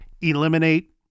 eliminate